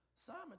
Simon